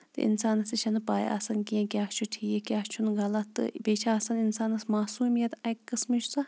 تہِ اِنسانَس تہِ چھَنہٕ پَے آسان کیٚنٛہہ کیٛاہ چھُ ٹھیٖک کیٛاہ چھُنہٕ غلط تہٕ بیٚیہِ چھِ آسان اِنسانَس ماسوٗمیت اَکہِ قٕسمٕچ سۄ